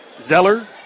Zeller